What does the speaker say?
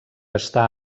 està